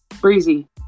breezy